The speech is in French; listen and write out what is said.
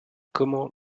comment